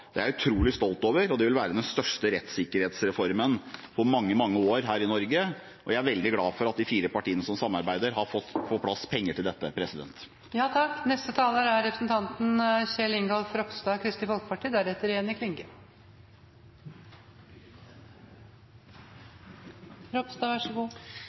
Det er jeg utrolig stolt over, og dette vil være den største rettssikkerhetsreformen på mange, mange år her i Norge. Jeg er veldig glad for at de fire partiene som samarbeider, har fått på plass penger til dette. Etter dagens lange debatt om arbeids- og sosialkomiteens budsjett passer det å gå over til justiskomiteens. Jeg synes det er